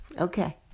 Okay